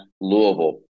Louisville